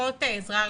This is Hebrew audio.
הדרכות עזרה ראשונה.